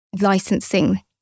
licensing